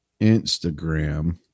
Instagram